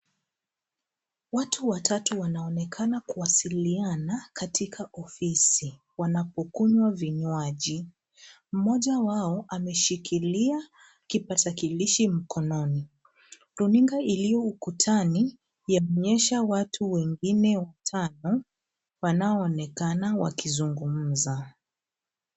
Watu watatu wanaonekana kuwasiliana katika ofisi, wanapokunywa vinywaji. Mmoja wao ameshikilia kipakatalishi mkononi. Runinga iliyo ukutani yaonyesha watu wengine watano, wanaoonekana wakizungumza.